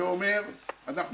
אנחנו